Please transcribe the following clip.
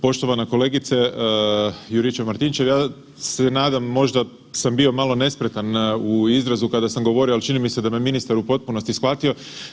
Poštovana kolegice Juričev-Martinčev, ja se nadam možda sam bio malo nespretan u izrazu kada sam govorio, ali čini mi se da me ministar u potpunosti shvatio.